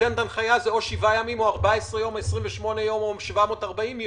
ניתנת הנחיה זה או שבעה ימים או 14 יום או 28 יום או 740 יום.